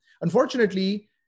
Unfortunately